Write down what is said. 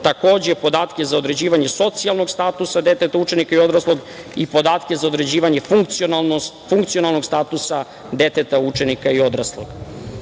takođe, podatke za određivanje socijalnog statusa deteta, učenika i odraslog i podatke za određivanje funkcionalnog statusa deteta, učenika i odraslog. Prvi